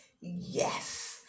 yes